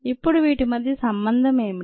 ఇప్పుడు వీటి మధ్య సంబంధం ఏమిట